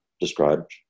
described